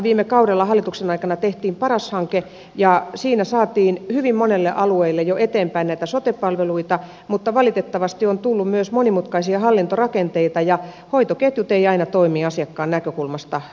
viime hallituksen aikana tehtiin paras hanke ja siinä saatiin hyvin monille alueille jo eteenpäin näitä sote palveluita mutta valitettavasti on tullut myös monimutkaisia hallintorakenteita ja hoitoketjut eivät aina toimi asiakkaan näkökulmasta sujuvasti